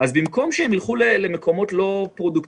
וזאת במקום שהם ילכו למקומות לא פרודוקטיביים.